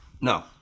No